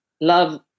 love